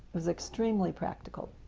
it was extremely practical,